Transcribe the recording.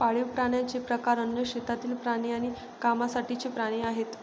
पाळीव प्राण्यांचे प्रकार अन्न, शेतातील प्राणी आणि कामासाठीचे प्राणी आहेत